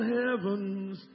heavens